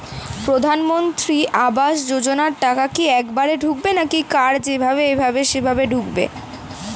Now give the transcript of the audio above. প্রধানমন্ত্রী আবাস যোজনার টাকা কি একবারে ঢুকবে নাকি কার যেভাবে এভাবে সেভাবে ঢুকবে?